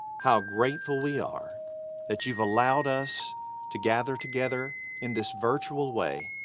how grateful we are that you've allowed us to gather together in this virtual way.